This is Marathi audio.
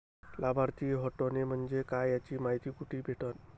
लाभार्थी हटोने म्हंजे काय याची मायती कुठी भेटन?